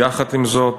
יחד עם זאת,